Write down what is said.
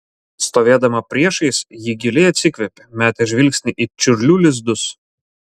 stovėdama priešais ji giliai atsikvėpė metė žvilgsnį į čiurlių lizdus